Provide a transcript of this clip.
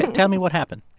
like tell me what happened